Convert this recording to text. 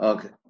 Okay